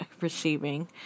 receiving